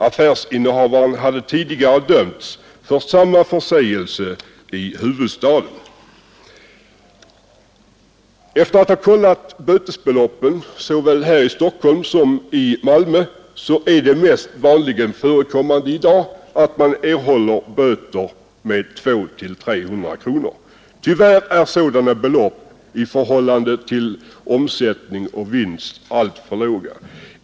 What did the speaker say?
Affärsinnehavaren har tidigare dömts för samma förseelse i Stockholm.” Efter att ha kollat bötesbeloppen såväl här i Stockholm som i Malmö, finner jag att det vanligast förekommande i dag är böter på 200-300 kronor. Tyvärr är sådana belopp i förhållande till omsättning och vinst alltför låga.